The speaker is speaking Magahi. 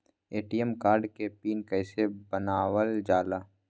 ए.टी.एम कार्ड के पिन कैसे बनावल जाला?